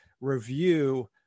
review